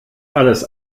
alles